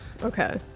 Okay